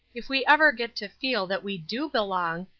if we ever get to feel that we do belong,